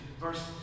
Verse